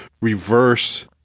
reverse